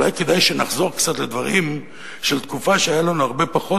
אולי כדאי שנחזור קצת לדברים של תקופה שהיה לנו הרבה פחות,